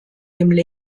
dem